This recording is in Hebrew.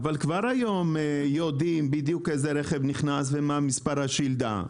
אבל כבר היום יודעים בדיוק איזה רכב נכנס ומה מספר השלדה,